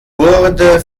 wurde